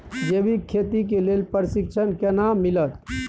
जैविक खेती के लेल प्रशिक्षण केना मिलत?